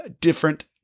different